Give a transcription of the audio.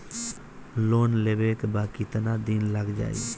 Loan लेबे ला कितना दिन लाग जाई?